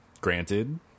granted